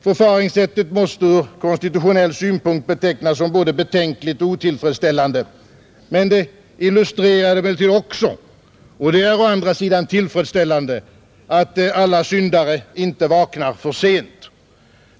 Förfaringssättet måste ur konstitutionell synpunkt betecknas som både betänkligt och otillfredsställande. Men det illustrerar väl också — och det är å andra sidan tillfredsställande — att inte alla syndare vaknar för sent.